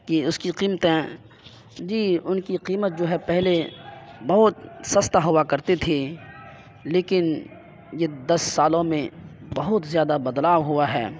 کہ اس کی قیمتیں جی ان کی قیمت جو ہے پہلے بہت سستا ہوا کرتی تھی لیکن یہ دس سالوں میں بہت زیادہ بدلاؤ ہوا ہے